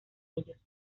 ellos